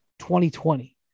2020